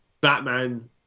Batman